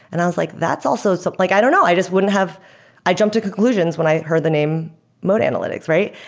and i was like, that's also so like i don't know. i just wouldn't have i jumped to conclusions when i heard the name mode analytics, right?